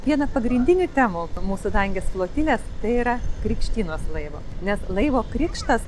viena pagrindinių temų mūsų dangės flotilės tai yra krikštynos laivo nes laivo krikštas